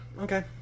Okay